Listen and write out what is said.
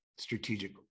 strategic